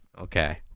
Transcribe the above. okay